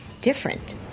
different